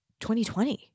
2020